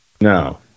No